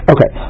Okay